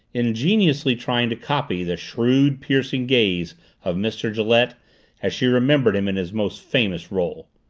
ingeniously trying to copy the shrewd, piercing gaze of mr. gillette as she remembered him in his most famous role.